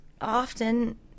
Often